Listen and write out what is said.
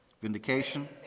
Vindication